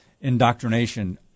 indoctrination